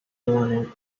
morning